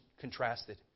contrasted